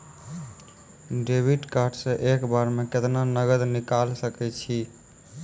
Debit card से एक बार मे केतना नगद निकाल सके छी?